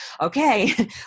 okay